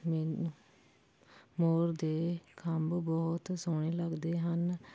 ਮੈਨੂੰ ਮੋਰ ਦੇ ਖੰਭ ਬਹੁਤ ਸੋਹਣੇ ਲੱਗਦੇ ਹਨ